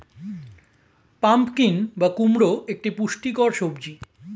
pumpkin বা কুমড়ো একটি পুষ্টিকর সবজি